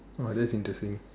!wah! that's interesting